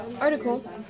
article